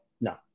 No